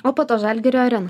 o po to žalgirio arena